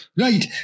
Right